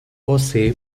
você